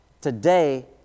today